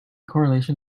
correlation